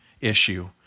issue